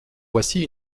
voici